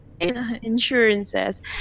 insurances